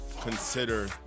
consider